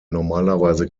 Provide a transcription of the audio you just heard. normalerweise